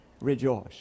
rejoice